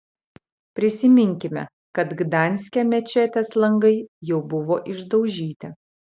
prisiminkime kad gdanske mečetės langai jau buvo išdaužyti